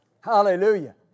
Hallelujah